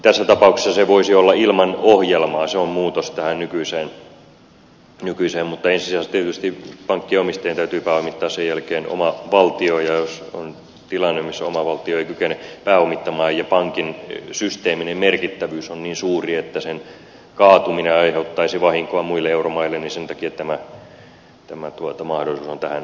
tässä tapauksessa se voisi olla ilman ohjelmaa se on muutos tähän nykyiseen mutta ensisijaisesti tietysti pankkien omistajien täytyy pääomittaa sen jälkeen oman valtion ja jos on tilanne missä oma valtio ei kykene pääomittamaan ja pankin systeeminen merkittävyys on niin suuri että sen kaatuminen aiheuttaisi vahinkoa muille euromaille niin sen takia tämä mahdollisuus on tähän kokonaisuuteen myös otettu